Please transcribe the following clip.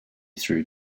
through